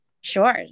sure